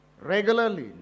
regularly